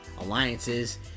alliances